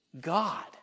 God